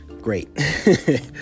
Great